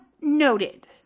noted